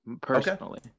personally